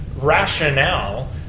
rationale